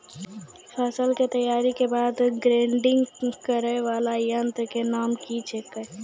फसल के तैयारी के बाद ग्रेडिंग करै वाला यंत्र के नाम की छेकै?